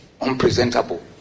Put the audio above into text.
unpresentable